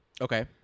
Okay